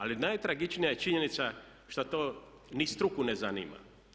Ali najtragičnija je činjenica što to ni struku ne zanima.